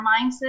mindset